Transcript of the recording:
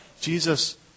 Jesus